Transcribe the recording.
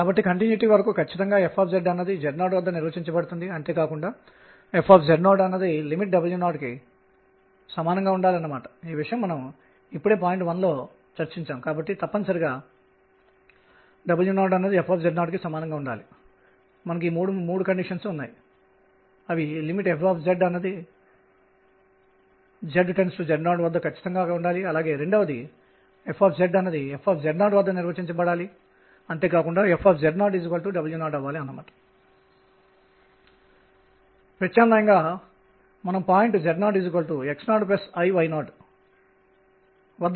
కాబట్టి మేము ఇతర రకాల కక్ష్యల యొక్క అవకాశాలను పరిగణనలోకి తీసుకునే విధంగా బోర్ మోడల్ ను సాధారణీకరించబోతున్నాము మరియు క్లాసికల్ మెకానిక్స్ నుండి ఇతర రకాల కక్ష్యలు ఏమిటో నాకు తెలుసు 1r పొటెన్షియల్ లో కక్ష్యలు సాధారణంగా ఎలిప్టికల్ దీర్ఘవృత్తాకారం గా ఉంటాయి అంటే నేను కలిగి ఉన్నది ఏమిటంటే నేను ఒక వృత్తంలో తిరుగుతున్న ఎలక్ట్రాన్ ను కలిగి ఉండగలను